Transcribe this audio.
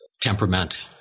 temperament